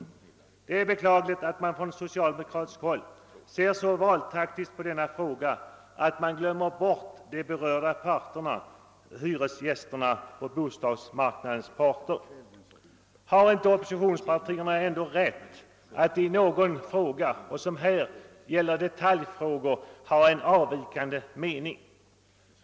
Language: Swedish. Det är beklagligt att man från socialdemokratiskt håll ser så valtaktiskt på denna fråga, att man glömmer bort de berörda parterna, hyresgästerna och andra parter på bostadsmarknaden. Har inte oppositionspartierna rätt att i någon fråga — och som här i detaljfrågor — ha en avvikande mening?